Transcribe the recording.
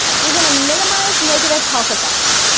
we're gonna minimize negative health effects.